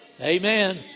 Amen